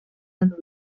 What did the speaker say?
and